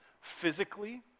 physically